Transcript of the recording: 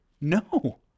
No